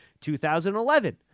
2011